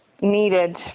needed